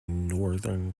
northern